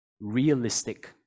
realistic